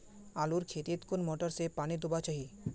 आलूर खेतीत कुन मोटर से पानी दुबा चही?